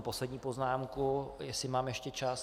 Poslední poznámka, jestli mám ještě čas.